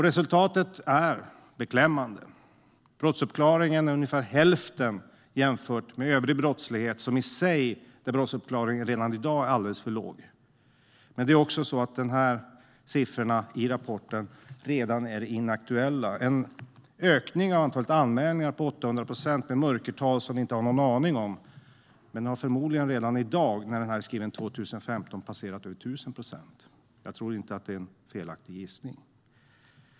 Resultatet är beklämmande. Brottsuppklaringen är ungefär hälften jämfört med övrig brottslighet - och redan där är brottsuppklaringen alldeles för låg. Det är också så att siffrorna i rapporten redan är inaktuella. Det är en ökning av antalet anmälningar med 800 procent, med ett mörkertal som vi inte har någon aning om. Rapporten är skriven 2015. Detta har förmodligen redan i dag passerat över 1 000 procent. Jag tror inte att det är en felaktig gissning.